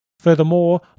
Furthermore